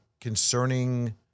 concerning